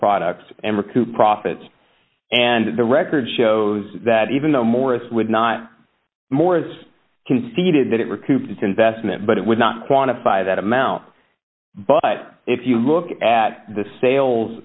product and recoup profits and the record shows that even though morris would not morris conceded that it recouped its investment but it would not quantify that amount but if you look at the sales